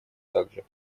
также